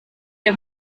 der